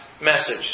message